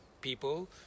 people